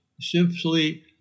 simply